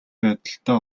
байдалтай